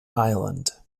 island